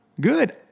good